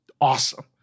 awesome